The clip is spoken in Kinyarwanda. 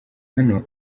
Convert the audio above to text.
hano